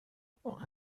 what